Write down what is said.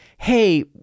hey